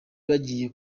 bagiye